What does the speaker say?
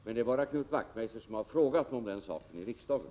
Men det är bara Knut Wachtmeister som har frågat om den saken i riksdagen.